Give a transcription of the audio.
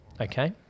Okay